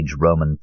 Roman